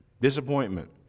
disappointment